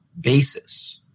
basis